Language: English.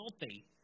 healthy